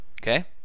Okay